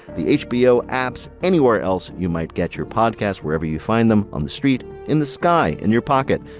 the hbo apps, anywhere else you might get your podcasts, wherever you find them, on the street, in the sky, in your pocket.